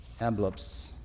envelopes